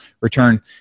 return